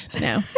No